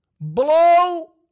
Blow